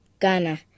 Ghana